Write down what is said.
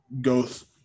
goes